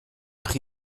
chi